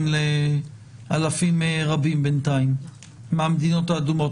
לאלפים רבים בינתיים מהמדינות האדומות.